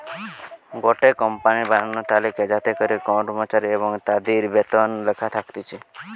গটে কোম্পানির বানানো তালিকা যাতে করে কর্মচারী এবং তাদির বেতন লেখা থাকতিছে